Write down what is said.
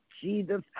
Jesus